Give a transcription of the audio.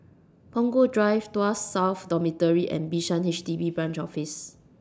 Punggol Drive Tuas South Dormitory and Bishan H D B Branch Office